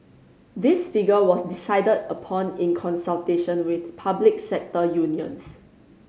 this figure was decided upon in consultation with public sector unions